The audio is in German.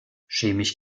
chemisch